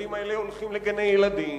והילדים האלה הולכים לגני-ילדים,